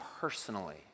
personally